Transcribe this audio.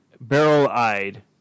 barrel-eyed